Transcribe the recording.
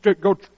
go